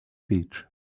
beach